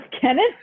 Kenneth